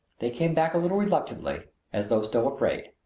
they came back a little reluctantly as though still afraid.